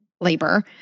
labor